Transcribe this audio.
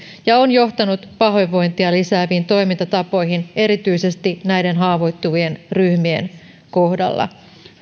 ja on johtanut pahoinvointia lisääviin toimintatapoihin erityisesti näiden haavoittuvien ryhmien kohdalla